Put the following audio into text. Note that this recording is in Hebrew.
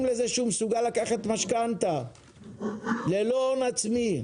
לזה שהוא לא מסוגל לקחת משכנתא ללא הון עצמי.